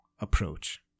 approach